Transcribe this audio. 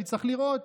אני צריך לראות.